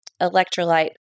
electrolyte